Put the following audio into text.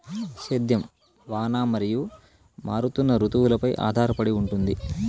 సేద్యం వాన మరియు మారుతున్న రుతువులపై ఆధారపడి ఉంటుంది